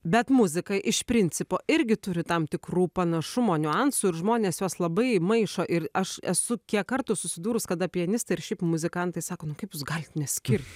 bet muzika iš principo irgi turi tam tikrų panašumo niuansų ir žmonės juos labai maišo ir aš esu kiek kartų susidūrus kada pianistai ir šiaip muzikantai sako nu kaip jūs galit neskirt